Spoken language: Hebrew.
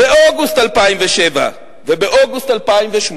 באוגוסט 2007 ובאוגוסט 2008,